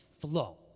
flow